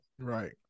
Right